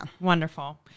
wonderful